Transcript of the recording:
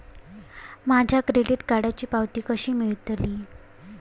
माझ्या क्रेडीट कार्डची पावती कशी मिळतली?